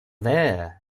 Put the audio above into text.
there